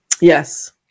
yes